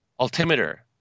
Altimeter